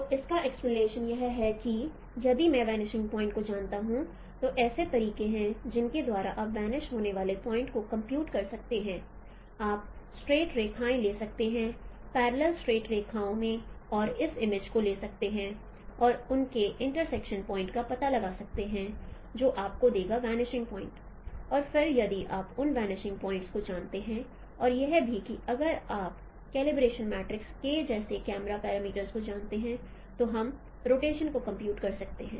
तो इसका इंपलिकेशन यह है कि यदि मैं वनिशिंग पॉइंट्स को जानता हूं तो ऐसे तरीके हैं जिनके द्वारा आप वनिश होने वाले पॉइंट्स को कंप्यूट कर सकते हैं आप स्ट्रेट रेखाएं ले सकते हैं पैरलेल स्ट्रेट रेखाओं में और उस इमेज को ले सकते हैं और उनके इंटर्सेक्शन पॉइंट् का पता लगा सकते हैं जो आपको देगा वनिशिंग पॉइंट् और फिर यदि आप उन वनिशिंग पॉइंट्स को जानते हैं और यह भी कि अगर आप कलीब्रेशन मैट्रिक्स K जैसे कैमरा पैरामीटर्स को जानते हैं तो हम रोटेशन को कंप्यूट कर सकते हैं